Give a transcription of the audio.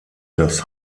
das